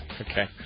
Okay